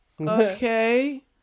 okay